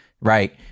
right